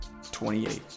28